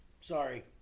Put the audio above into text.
Sorry